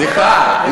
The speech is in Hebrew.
סליחה.